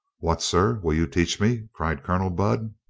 what, sir, will you teach me? cried colonel budd.